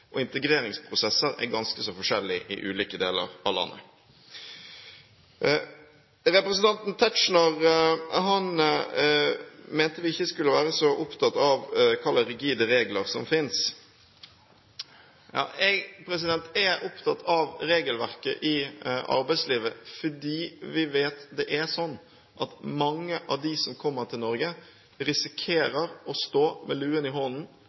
og integreringsprosesser er ganske så forskjellig i ulike deler av landet. Representanten Tetzschner mente at vi ikke skulle være så opptatt av hvilke rigide regler som finnes. Jeg er opptatt av regelverket i arbeidslivet, fordi vi vet at mange av dem som kommer til Norge, risikerer å stå med luen i hånden,